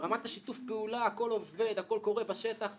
ברמת שיתוף הפעולה הכול עובד והכול קורה בשטח.